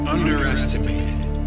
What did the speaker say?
Underestimated